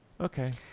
okay